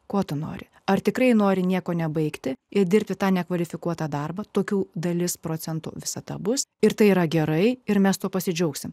ko tu nori ar tikrai nori nieko nebaigti ir dirbti tą nekvalifikuotą darbą tokių dalis procentų visada bus ir tai yra gerai ir mes pasidžiaugsime